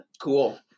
Cool